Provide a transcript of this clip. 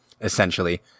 essentially